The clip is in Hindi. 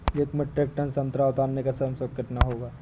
एक मीट्रिक टन संतरा उतारने का श्रम शुल्क कितना होगा?